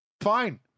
Fine